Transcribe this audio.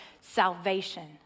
Salvation